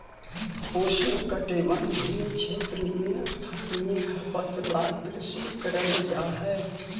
उष्णकटिबंधीय क्षेत्र में स्थानीय खपत ला कृषि करल जा हई